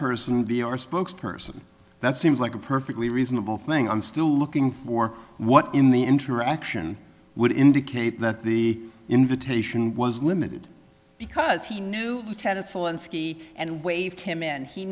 person be our spokes person that seems like a perfectly reasonable thing i'm still looking for what in the interaction would indicate that the invitation was limited because he knew lieutenant selenski and waved him and he